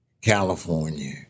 California